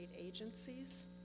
agencies